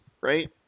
right